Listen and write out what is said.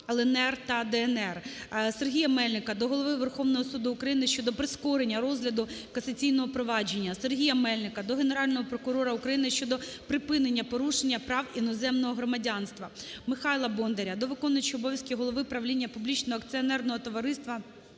Сергія Мельника до Голови Верховного Суду України щодо прискорення розгляду касаційного провадження. Сергія Мельника до Генерального прокурора України щодо припинення порушення прав іноземного громадянина Михайла Бондаря до виконуючого обов'язки Голови правління Публічного акціонерного товариства